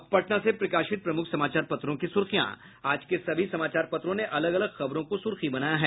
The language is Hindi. अब पटना से प्रकाशित प्रमुख समाचार पत्रों की सुर्खियां आज के सभी समाचार पत्रों ने अलग अलग खबरों को सुर्खी बनाया है